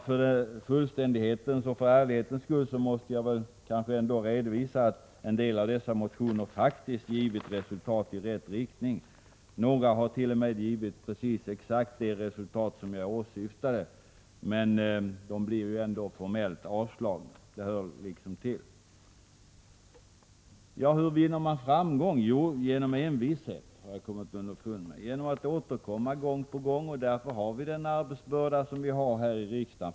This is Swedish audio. För fullständighetens och ärlighetens skull måste jag väl redovisa att en del av dessa motioner faktiskt har givit resultat i rätt riktning. Någon har t.o.m. givit exakt det resultat som jag åsyftade. Lika fullt blir motionerna avslagna. Det hör liksom till. Hur vinner man då framgång i sak? Jo, genom envishet, genom att återkomma gång på gång. Därför har vi också den arbetsbelastning vi har här i riksdagen.